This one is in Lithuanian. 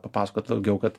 papasakot daugiau kad